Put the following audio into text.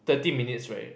thirty minutes right